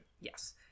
Yes